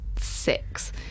six